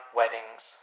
weddings